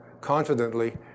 confidently